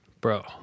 bro